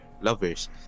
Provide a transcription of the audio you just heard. lovers